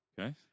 Okay